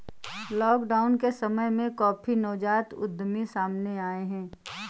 lockdown के समय में काफी नवजात उद्यमी सामने आए हैं